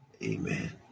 Amen